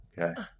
Okay